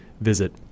Visit